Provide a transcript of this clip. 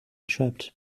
trapped